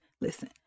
listen